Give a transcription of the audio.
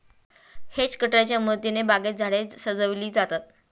hedge कटरच्या मदतीने बागेत झाडे सजविली जातात